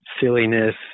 silliness